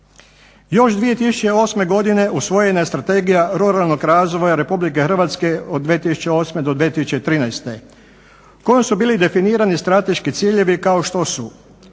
Još 2008. godine usvojena je Strategija ruralnog razvoja Republike Hrvatske 2008.-2013. kojom su bili definirani strateški ciljevi kao što su: